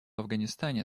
афганистане